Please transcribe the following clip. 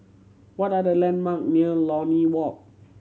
what are the landmark near Lornie Walk